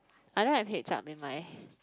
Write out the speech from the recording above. I don't have head up in my